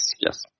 yes